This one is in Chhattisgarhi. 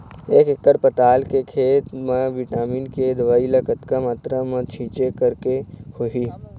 एक एकड़ पताल के खेत मा विटामिन के दवई ला कतक मात्रा मा छीचें करके होही?